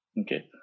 Okay